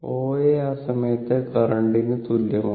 OA ആ സമയത്തെ കറന്റിന് തുല്യമാണ്